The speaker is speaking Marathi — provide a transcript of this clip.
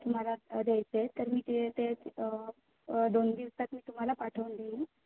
तुम्हाला द्यायचे आहे तर मी ते ते दोन दिवसात मी तुम्हाला पाठवून देईन